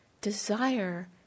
desire